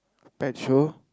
pet show